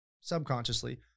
subconsciously